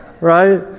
right